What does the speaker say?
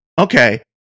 okay